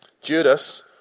Judas